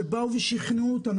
שבאו ושכנעו אותנו,